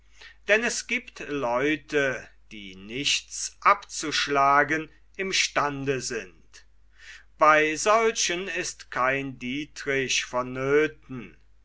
denn es giebt leute die nichts abzuschlagen im stande sind bei solchen ist kein dietrich vonnöthen